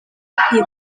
bakwiye